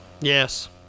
Yes